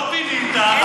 לא פינית, לא עשית.